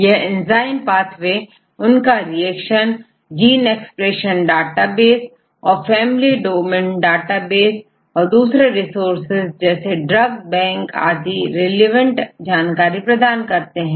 यह enzyme pathway उनका reaction gene expression database और फैमिली डोमेन डाटाबेस और दूसरे रिसोर्सेज जैसे ड्रग बैंक आदि रिलेवेंट जानकारी प्रदान करते हैं